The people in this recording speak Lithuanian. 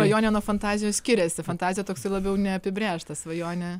svajonė nuo fantazijos skiriasi fantazija toks labiau neapibrėžta svajonė